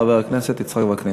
חבר הכנסת יצחק וקנין.